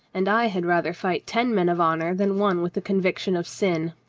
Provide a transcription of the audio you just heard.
and i had rather fight ten men of honor than one with a conviction of sin.